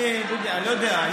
אני, דודי, לא יודע.